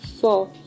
Four